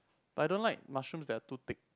I don't like mushrooms that are too thick